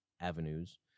avenues